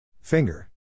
Finger